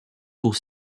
pour